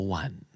one